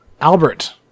Albert